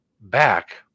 back